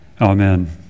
Amen